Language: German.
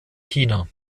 china